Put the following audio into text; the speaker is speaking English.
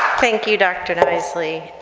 thank you doctor nicely.